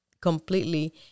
completely